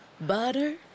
Butter